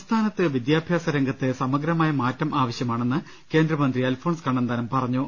സംസ്ഥാനത്ത് വിദ്യാഭ്യാസ രംഗത്ത് സമഗ്രമായ മാറ്റം ആവശ്യമാണെന്ന് കേന്ദ്ര മന്ത്രി അൽഫോൺസ് കണ്ണന്താനം പറഞ്ഞു